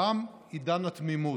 תם עידן התמימות.